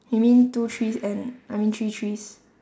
you mean two trees and I mean three trees